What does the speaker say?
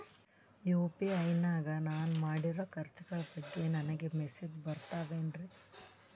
UPI ನಾಗ ನಾನು ಮಾಡಿರೋ ಖರ್ಚುಗಳ ಬಗ್ಗೆ ನನಗೆ ಮೆಸೇಜ್ ಬರುತ್ತಾವೇನ್ರಿ?